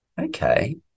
okay